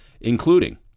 including